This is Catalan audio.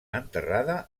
enterrada